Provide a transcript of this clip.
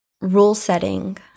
rule-setting